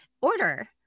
order